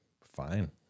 fine